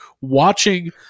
watching